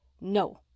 No